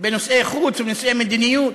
בנושאי חוץ ובנושאי מדיניות.